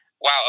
Wow